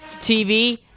TV